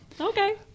Okay